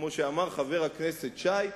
כמו שאמר חבר הכנסת שי,